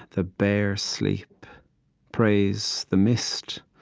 the bear sleep praise the mist,